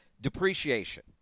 Depreciation